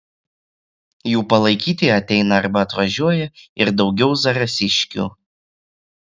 jų palaikyti ateina arba atvažiuoja ir daugiau zarasiškių